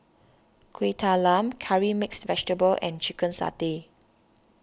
Kueh Talam Curry Mixed Vegetable and Chicken Satay